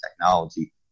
technology